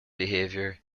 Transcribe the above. behavior